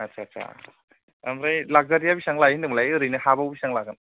आच्छा आच्छा ओमफ्राय लाखजारिया बेसेबां लायो होनदों मोनलाय ओरैनो हाबाव बेसेबां लागोन